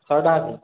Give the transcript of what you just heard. ଶହେ ଟଙ୍କା ଅଛି